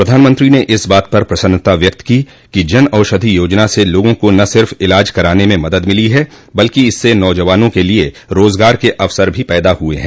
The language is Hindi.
प्रधानमंत्री ने इस बात पर प्रसन्नता व्यक्त की कि जन औषधि योजना से लोगों को न सिर्फ इलाज कराने में मदद मिली है बल्कि इससे नौजवानों के लिए रोजगार के अवसर भी पैदा हुए हैं